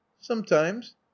Sometimes